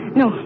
no